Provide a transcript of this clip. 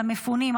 למפונים.